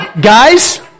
Guys